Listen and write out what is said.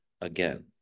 again